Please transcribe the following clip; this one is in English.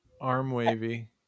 Arm-wavy